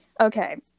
Okay